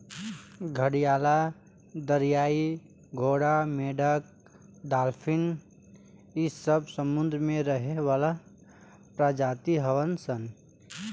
घड़ियाल, दरियाई घोड़ा, मेंढक डालफिन इ सब समुंद्र में रहे वाला प्रजाति हवन सन